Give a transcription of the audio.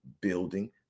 building